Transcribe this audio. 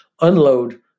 unload